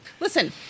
Listen